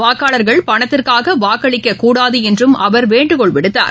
வாக்காளர்கள் பணத்திற்காகவாக்களிக்கூடாதுஎன்றும் அவர் வேண்டுகோள் விடுத்தார்